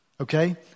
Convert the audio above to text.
Okay